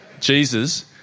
Jesus